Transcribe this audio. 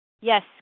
Yes